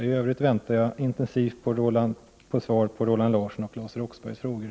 I övrigt väntar jag intensivt på svar på Roland Larssons och Claes Roxberghs frågor.